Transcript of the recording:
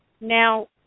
Now